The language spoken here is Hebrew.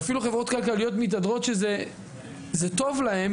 ואפילו חברות כלכליות מתהדרות שזה טוב להן,